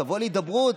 תבוא להידברות,